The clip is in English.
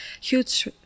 huge